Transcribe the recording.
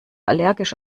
allergisch